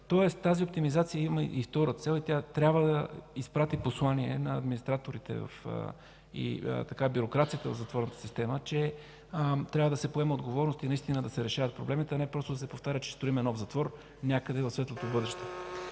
Тоест тази оптимизация има и втора цел и тя трябва да изпрати послания на администраторите и бюрокрацията в затворената системата, че трябва да се поема отговорност и наистина да се решават проблемите, а не просто да се повтаря, че ще строим нов затвор някъде в светлото бъдеще.